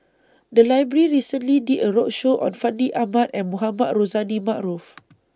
The Library recently did A roadshow on Fandi Ahmad and Mohamed Rozani Maarof